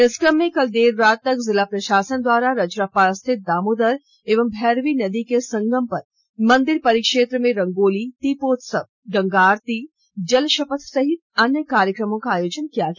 इस क्रम में कल देर रात तक जिला प्रशासन द्वारा रजरप्पा स्थित दामोदर एवं भैरवी नदी के संगम पर मंदिर परिक्षेत्र में रंगोली दीपोत्सव गंगा आरती जल शपथ सहित अन्य कार्यक्रमों का आयोजन किया गया